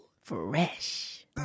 Fresh